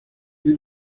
you